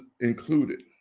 included